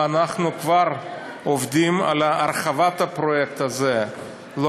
ואנחנו כבר עובדים על הרחבת הפרויקט הזה לא